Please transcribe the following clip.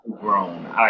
grown